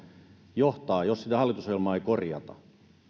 johtaa jos sitä hallitusohjelmaa ei korjata